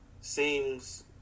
seems